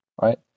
right